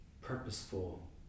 purposeful